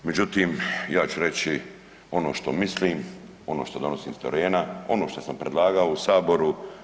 Međutim, ja ću reći ono što mislim, ono što donosim s terena, ono što sam predlagao u Saboru.